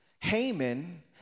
Haman